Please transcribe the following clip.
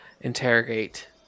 interrogate